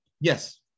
Yes